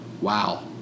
Wow